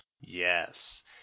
Yes